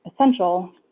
essential